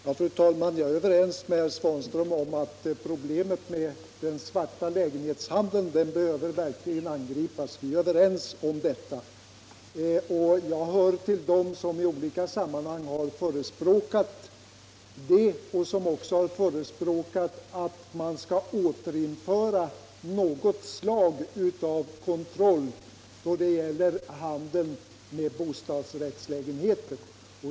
Fru talman! Jag är överens med herr Svanström om att problemet med den svarta lägenhetshandeln verkligen behöver angripas. Jag tillhör dem som i olika sammanhang har förespråkat det. Jag har också förespråkat att man skall återinföra något slag av kontroll när det gäller handeln med bostadsrättslägenheter.